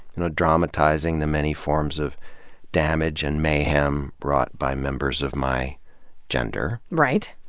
you know, dramatizing the many forms of damage and mayhem wrought by members of my gender. right.